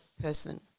person